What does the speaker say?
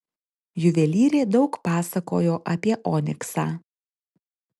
juvelyrė daug pasakojo apie oniksą